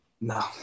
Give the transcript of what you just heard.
No